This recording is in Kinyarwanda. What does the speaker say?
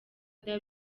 www